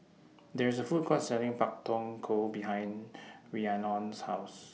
There IS A Food Court Selling Pak Thong Ko behind Rhiannon's House